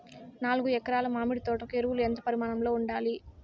నాలుగు ఎకరా ల మామిడి తోట కు ఎరువులు ఎంత పరిమాణం లో ఉండాలి?